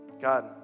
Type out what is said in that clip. God